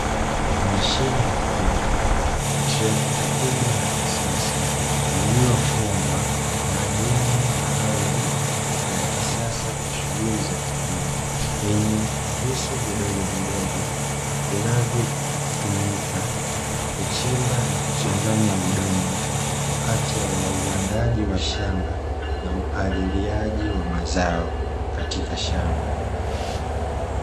Mashine ya kilimo trekta kubwa la kisasa lililofungwa majembe maalumu ya kisasa kwa shughuli za kilimo, yenye visu vidogovidogo vinavyotumika kuchimba na kuchanganya udongo wakati wa uandaaji wa shamba na upaliliaji wa mazao katika shamba.